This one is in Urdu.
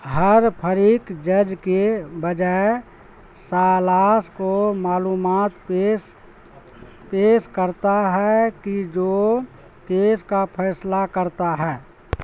ہر فریق جج کے بجائے ثالث کو معلومات پیش پیش کرتا ہے کی جو کیس کا فیصلہ کرتا ہے